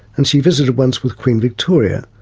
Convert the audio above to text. and she visited once with queen victoria,